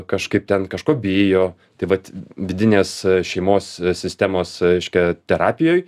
kažkaip ten kažko bijo tai vat vidinės šeimos sistemos reiškia terapijoj